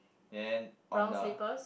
then on the